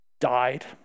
died